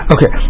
Okay